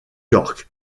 york